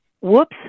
whoops